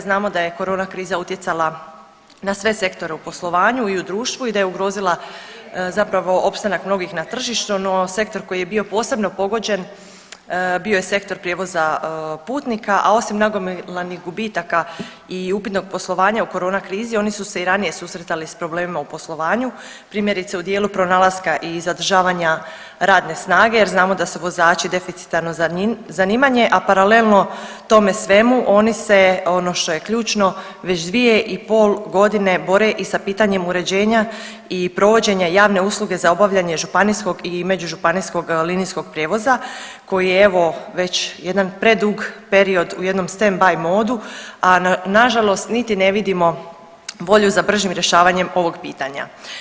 Znamo da je korona kriza utjecala na sve sektore u poslovanju i u društvu i da je ugrozila zapravo opstanak mnogih na tržištu, no sektor koji je bio posebno pogođen, bio je sektor prijevoza putnika, a osim nagomilanih gubitaka i upitnog poslovanja u korona krizi, oni su se i ranije susretali s problemima u poslovanju, primjerice, u dijelu pronalaska i zadržavanja radne snage jer znamo da su vozači deficitarno zanimanje, a paralelno tome svemu, oni se ono što je ključno, već 2,5 godine bore i sa pitanjem uređenja i provođenja javne usluge za obavljanje županijskog i međužupanijskog linijskog prijevoza, koji evo, već jedan predug period u jednom stand-by modu, a nažalost niti ne vidimo volju za bržim rješavanjem ovog pitanja.